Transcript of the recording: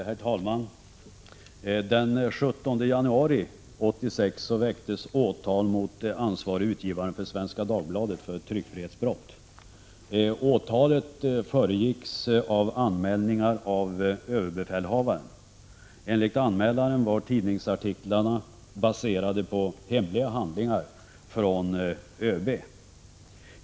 Herr talman! Den 17 januari 1986 väcktes åtal för tryckfrihetsbrott mot ansvarige utgivaren för Svenska Dagbladet. Åtalet föregicks av anmälningar från överbefälhavaren. Enligt anmälaren var tidningsartiklarna baserade på hemliga handlingar från ÖB.